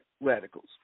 radicals